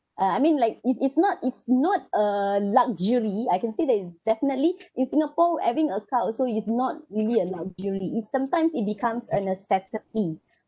uh I mean like it is not it's not a luxury I can say that it's definitely in singapore having a car also is not really a luxury it sometimes it becomes a necessity